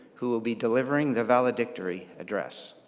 who will be delivering the valedictory address.